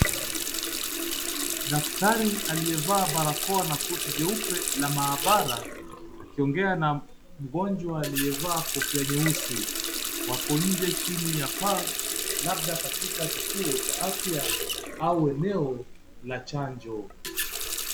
Daktari aliyevaa barakoa na koti jeupe la maabara akiongea na mgonjwa aliyevaa kofia nyeusi, wako nje chini ya paa labda katika kituo cha afya au eneo la chanjo.